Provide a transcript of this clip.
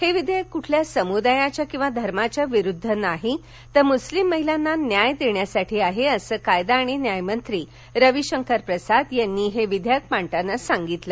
हे विधेयक कुठल्या समुदायाच्या किंवा धर्माच्या विरुद्ध नाही तर मुस्लीम महिलांना न्याय देण्यासाठी आहे असं कायदा आणि न्याय मंत्री रविशंकर प्रसाद यांनी हे विधेयक मांडताना सांगितलं